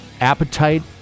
Appetite